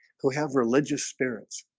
who have religious spirits